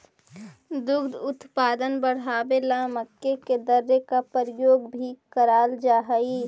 दुग्ध उत्पादन बढ़ावे ला मक्के के दर्रे का प्रयोग भी कराल जा हई